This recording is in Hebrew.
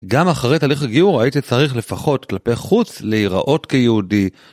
גם אחרי תהליך הגיור הייתי צריך לפחות כלפי חוץ להיראות כיהודי.